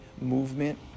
movement